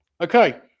Okay